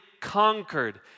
conquered